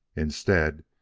instead,